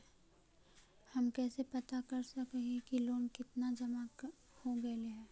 हम कैसे पता कर सक हिय की लोन कितना जमा हो गइले हैं?